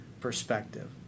perspective